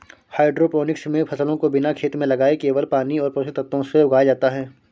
hydroponics मे फसलों को बिना खेत में लगाए केवल पानी और पोषक तत्वों से उगाया जाता है